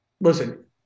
listen